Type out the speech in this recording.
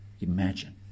imagine